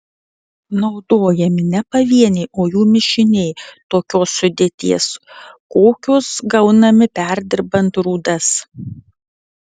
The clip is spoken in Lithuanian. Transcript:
naudojami ne pavieniai o jų mišiniai tokios sudėties kokios gaunami perdirbant rūdas